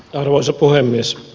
arvoisa puhemies